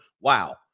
Wow